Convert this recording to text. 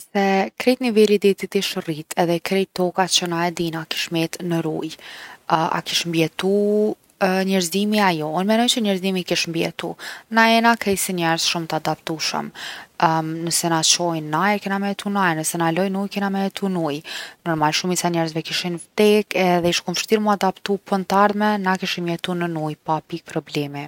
Nëse krejt niveli i detit ish rrit, edhe krejt toka që na e dijna kish met n’ujë a kish mbijetu njerëzimi a jo? Unë menoj që njerzimi kish mbijetu. Na jena krejt si njerz shumë t’adaptushëm. Nëse na çojnë n’ajër, kena me jetu n’ajër. Nëse na lojnë n’ujë, kena me jetu n’ujë. Normal shumica e njerzve kishin vdek edhe ish kon fshtir’ mu adaptu po n’t’ardhmen na kishim jetu nën ujë pa pikë problem.